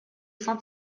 cent